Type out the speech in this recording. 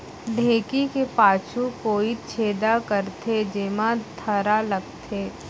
ढेंकी के पाछू कोइत छेदा करथे, जेमा थरा लगथे